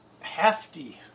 hefty